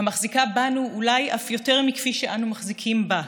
המחזיקה בנו אולי אף יותר מכפי שאנו מחזיקים בה,